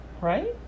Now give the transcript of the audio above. Right